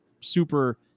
super